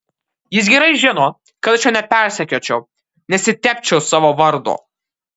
jis gerai žino kad aš jo nepersekiočiau nesitepčiau savo vardo